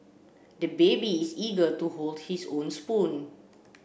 the baby is eager to hold his own spoon